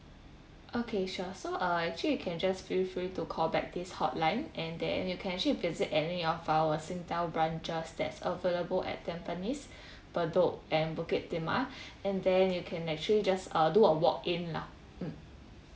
okay sure so uh actually you can just feel free to call back this hotline and then you can actually visit any of our Singtel branches that's available at tampines bedok and bukit timah and then you can actually just uh do the walk in lah mm